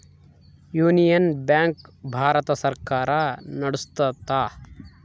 union Bank ಭಾರತ ಸರ್ಕಾರ ನಡ್ಸುತ್ತ